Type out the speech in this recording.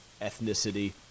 ethnicity